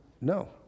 No